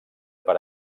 per